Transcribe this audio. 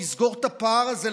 לסגור את הפער הזה,